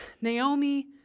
Naomi